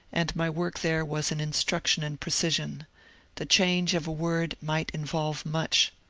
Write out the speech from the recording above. and my work there was an instruction in precision the change of a word might in volve much.